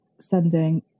sending